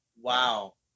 wow